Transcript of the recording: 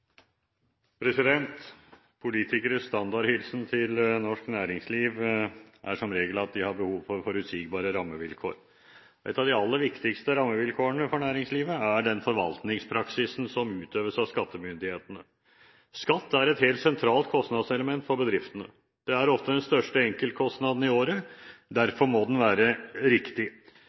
avsluttet. Politikeres standardhilsen til norsk næringsliv er som regel at de har behov for forutsigbare rammevilkår. Et av de aller viktigste rammevilkårene for næringslivet er den forvaltningspraksisen som utøves av skattemyndighetene. Skatt er et helt sentralt kostnadselement for bedriftene. Det er ofte den største enkeltkostnaden i året. Derfor må den være riktig.